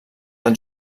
del